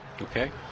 Okay